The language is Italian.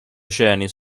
oceani